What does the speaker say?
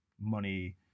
money